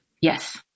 Yes